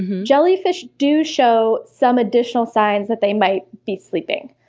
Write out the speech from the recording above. jellyfish do show some additional signs that they might be sleeping.